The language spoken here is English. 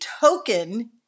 token